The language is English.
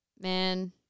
man